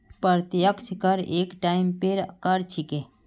प्रत्यक्ष कर एक टाइपेर कर छिके